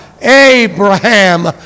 Abraham